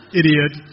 idiot